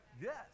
Yes